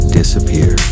disappear